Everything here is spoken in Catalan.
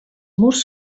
murs